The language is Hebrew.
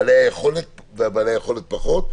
בעלי היכולות ובעלי היכולות פחות.